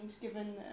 given